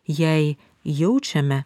jei jaučiame